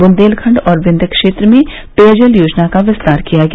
वुंदेलखंड और विंद्य क्षेत्र में पेयजल योजना का विस्तार किया गया